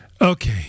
Okay